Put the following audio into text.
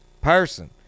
person